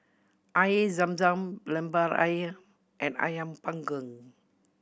Air Zam Zam Lemper Ayam and Ayam Panggang